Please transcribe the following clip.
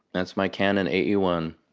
that's my canon a e one.